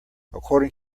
according